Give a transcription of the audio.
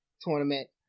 tournament